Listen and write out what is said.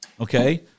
okay